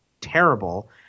terrible